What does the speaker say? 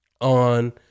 on